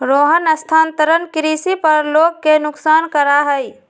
रोहन स्थानांतरण कृषि पर लोग के नुकसान करा हई